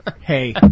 Hey